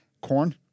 Corn